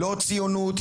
לא ציונות,